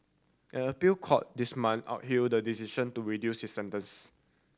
an appeal court this month upheld the decision to reduce his sentence